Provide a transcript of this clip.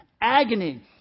Agony